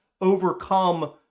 overcome